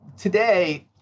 today